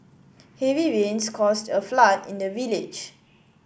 heavy rains caused a flood in the village